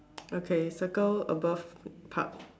okay circle above park